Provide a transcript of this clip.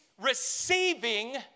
receiving